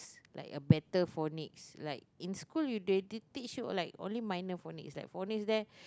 like a better phonics like in school they already teach you like only minor phonics that phonic there